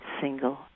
single